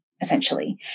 essentially